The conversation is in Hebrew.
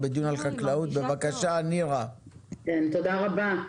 תודה רבה.